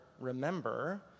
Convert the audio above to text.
remember